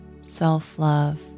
self-love